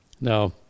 Now